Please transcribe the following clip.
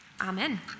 amen